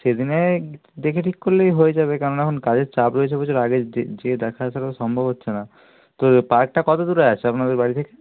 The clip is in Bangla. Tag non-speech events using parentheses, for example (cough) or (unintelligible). সেদিনে দেখে ঠিক করলেই হয়ে যাবে কেন না এখন কাজের চাপ রয়েছে প্রচুর আগে গিয়ে দেখা (unintelligible) সম্ভব হচ্ছে না তো পার্কটা কত দূরে আছে আপনাদের বাড়ি থেকে